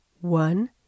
One